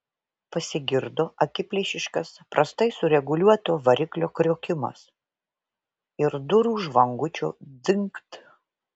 pasigirdo akiplėšiškas prastai sureguliuoto variklio kriokimas ir durų žvangučio dzingt